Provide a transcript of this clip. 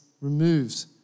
removed